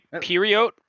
period